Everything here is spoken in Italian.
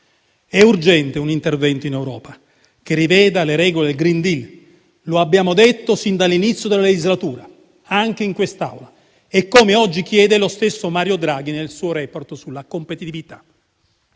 È urgente un intervento in Europa che riveda le regole del *green deal*, come abbiamo detto sin dall'inizio della legislatura anche in quest'Aula e come oggi chiede lo stesso Mario Draghi nel suo *report* sulla competitività.